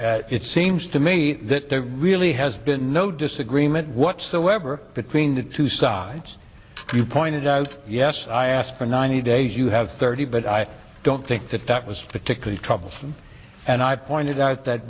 at it seems to me that there really has been no disagreement whatsoever between the two sides you pointed out yes i asked for ninety days you have thirty but i don't think that that was particularly troublesome and i pointed out that